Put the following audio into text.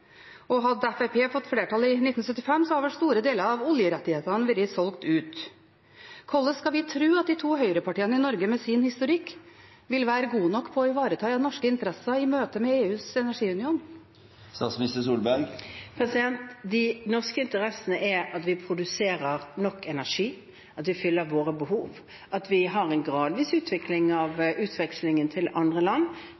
og hadde Fremskrittspartiet fått flertall i 1975, hadde vel store deler av oljerettighetene vært solgt ut. Hvordan skal vi tro at de to høyrepartiene i Norge med sin historikk vil være gode nok til å ivareta norske interesser i møte med EUs energiunion? De norske interessene er at vi produserer nok energi, at vi fyller våre behov, at vi har en gradvis utvikling av